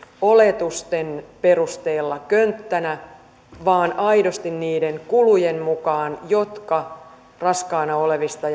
oletusten perusteella könttänä vaan aidosti niiden kulujen mukaan jotka raskaana olevista